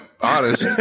honest